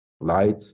light